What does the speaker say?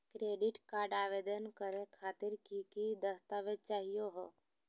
Credit card आवेदन करे खातिर की की दस्तावेज चाहीयो हो?